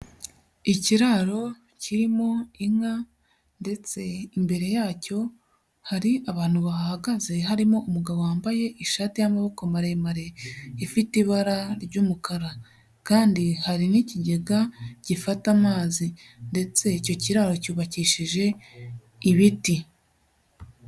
Ikiraro kirimo inka ndetse imbere yacyo hari abantu bahagaze, harimo umugabo wambaye ishati y'amaboko maremare, ifite ibara ry'umukara kandi hari n'ikigega gifata amazi ndetse icyo kiraro cyubakishije ibiti.